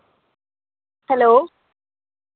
hello